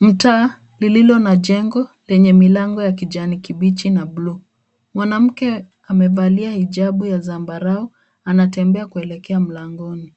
Mtaa lililo na jengo lenye milango ya kijani kibichi na buluu. Mwanamke amevalia hijabu ya zambarau anatembea kuelekea mlangoni.